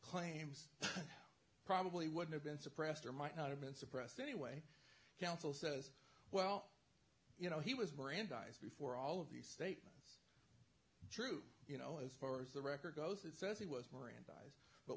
claims probably would have been suppressed or might not have been suppressed anyway council says well you know he was mirandized before all of these statements true you know as far as the record goes it says he was more in but